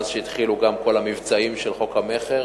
מאז שהתחילו גם כל המבצעים של חוק המכר,